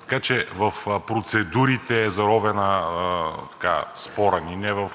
Така че в процедурите е заровен спорът ни, не в